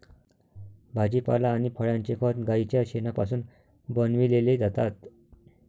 भाजीपाला आणि फळांचे खत गाईच्या शेणापासून बनविलेले जातात